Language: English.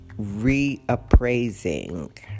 reappraising